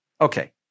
Okay